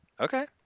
Okay